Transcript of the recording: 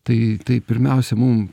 tai tai pirmiausia mum